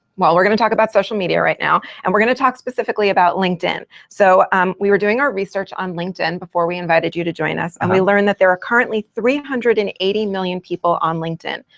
well, we're going to talk about social media right now. and we're going to talk specifically about linkedin. so um we were doing our research on linkedin before we invited you to join us, and we learned that there are currently three hundred and eighty million people on linkedin.